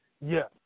yes